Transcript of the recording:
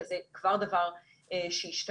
זה כבר דבר שהשתנה.